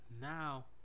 now